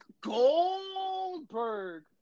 Goldberg